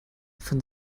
von